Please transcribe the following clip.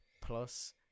plus